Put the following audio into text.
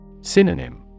Synonym